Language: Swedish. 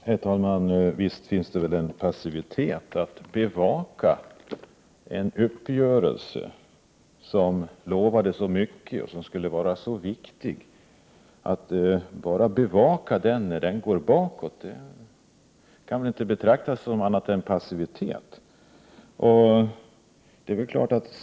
Herr talman! Visst finns det väl en passivitet. När det gäller en uppgörelse som lovade så mycket och som skulle vara så viktig, kan det väl inte betraktas som annat än passivitet att man bara bevakar den när den så att säga går bakåt.